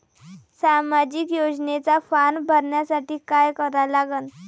सामाजिक योजनेचा फारम भरासाठी का करा लागन?